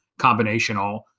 combinational